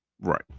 right